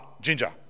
Ginger